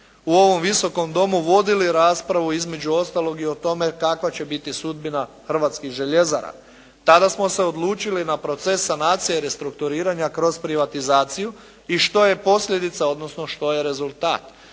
u ovom Visokom domu vodili raspravu između ostalog i o tome kakva će biti sudbina hrvatskih željezara. Tada smo se odlučili na proces sanacije i restrukturiranja kroz privatizaciju i što je posljedica odnosno što je rezultat.